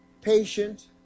patient